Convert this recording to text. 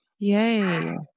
Yay